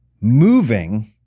moving